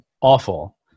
awful